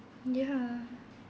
ya